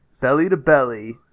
belly-to-belly